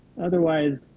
Otherwise